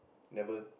never